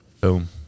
Boom